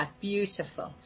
beautiful